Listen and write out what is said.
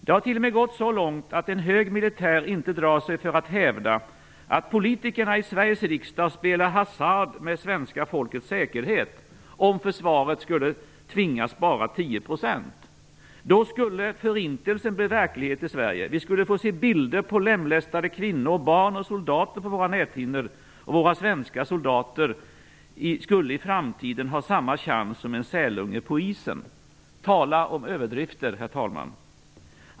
Det har t.o.m. gått så långt att en hög militär inte drar sig för att hävda att politikerna i Sveriges riksdag spelar hasard med svenska folkets säkerhet om försvaret skulle tvingas spara 10 %. Då skulle förintelsen bli verklighet i Sverige. Vi skulle få se bilder på lemlästade kvinnor, barn och soldater på våra näthinnor, och våra svenska soldater skulle i framtiden ha samma chans som en sälunge på isen. Tala om överdrifter, herr talman!